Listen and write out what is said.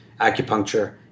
acupuncture